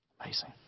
amazing